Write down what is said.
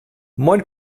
moin